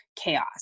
chaos